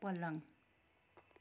पलङ